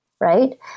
right